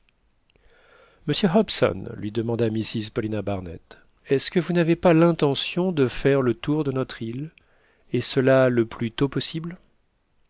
monsieur hobson lui demanda mrs paulina barnett est-ce que vous n'avez pas l'intention de faire le tour de notre île et cela le plus tôt possible